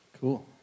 cool